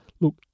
Look